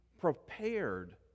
prepared